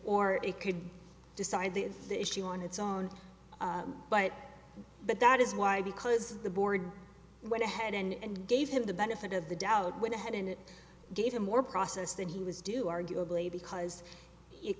or it could decide the issue on its own but but that is why because the board went ahead and gave him the benefit of the doubt went ahead and gave him more process than he was due arguably because